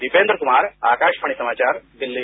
दीपेन्द्र कुमार आकाशवाणी समाचार दिल्ली